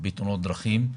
בתאונות דרכים.